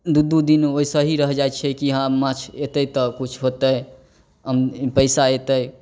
दुइ दुइ दिन वइसे ही रहि जाइ छिए कि हँ माछ अएतै तऽ किछु होतै पइसा अएतै